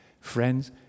Friends